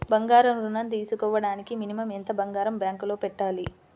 బంగారం ఋణం తీసుకోవడానికి మినిమం ఎంత బంగారం బ్యాంకులో పెట్టాలి?